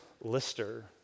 Lister